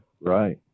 right